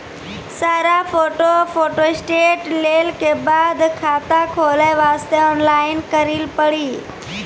सारा photo photostat लेल के बाद खाता खोले वास्ते ऑनलाइन करिल पड़ी?